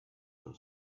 your